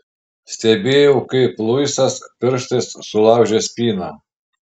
stebėjau kaip luisas pirštais sulaužė spyną